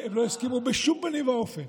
הם לא הסכימו בשום פנים ואופן.